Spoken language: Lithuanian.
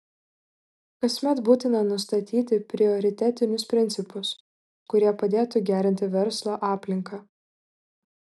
kasmet būtina nustatyti prioritetinius principus kurie padėtų gerinti verslo aplinką